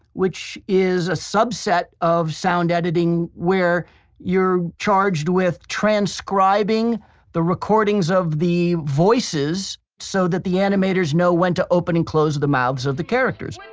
which is a subset of sound editing where you're charged with transcribing the recordings of the voices, so that the animators know when to open and close the mouths of the characters.